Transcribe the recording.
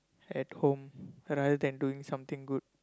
at home other than doing something good